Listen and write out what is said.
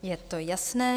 Je to jasné.